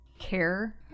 care